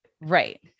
Right